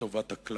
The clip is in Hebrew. לטובת הכלל.